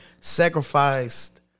sacrificed